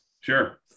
Sure